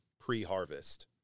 pre-harvest